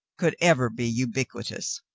could ever be ubiquitous.